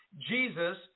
Jesus